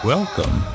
Welcome